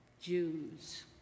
Jews